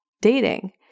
dating